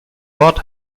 wort